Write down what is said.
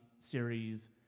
series